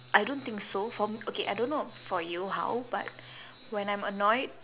I don't think so for m~ okay I don't know for you how but when I'm annoyed